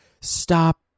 stop